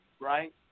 right